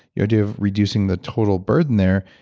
your idea of reducing the total burden there,